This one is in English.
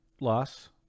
loss